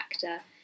factor